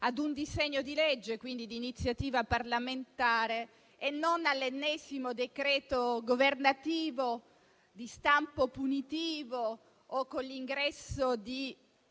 a un disegno di legge di iniziativa parlamentare e non all'ennesimo decreto-legge governativo di stampo punitivo o all'ingresso del